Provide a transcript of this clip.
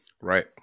right